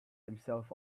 himself